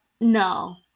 No